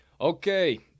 Okay